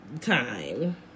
time